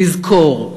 לזכור,